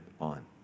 on